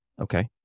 Okay